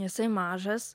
isai mažas